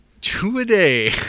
Two-a-day